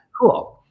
Cool